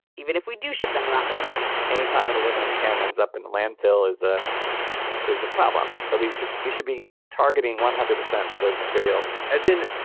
even if we do ship them around the world any time an aluminum can ends up in the landfill is ah is a problem. so we should we should be targeting one hundred percent for those materials as in,